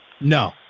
no